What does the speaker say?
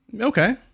Okay